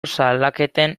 salaketen